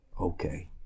okay